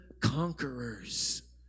conquerors